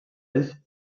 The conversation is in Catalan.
ells